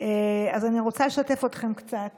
אני רוצה לשתף אתכם קצת